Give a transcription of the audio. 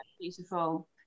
beautiful